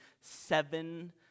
seven